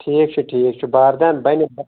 ٹھیٖک چھُ ٹھیٖک بار بار بنہِ